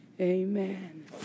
amen